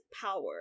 power